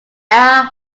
are